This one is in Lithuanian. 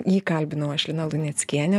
jį kalbinau aš lina luneckienė